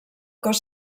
cos